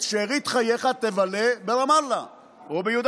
את שארית חייך תבלה ברמאללה או ביהודה